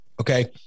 Okay